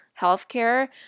healthcare